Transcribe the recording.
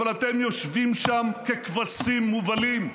אבל אתם יושבים שם ככבשים מובלים.